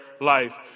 life